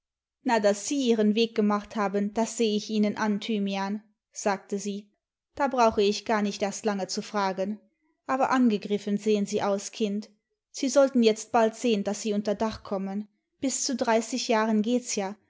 na daß sie ihren weg gemacht haben das seh ich ihnen an thymian sagte sie da brauche ich gar nicht erst lange zu fragen aber angegriffen sehen sie aus kind sie sollten jetzt bald sehen daß sie unter dach kommen bis zu dreißig jahren geht's ja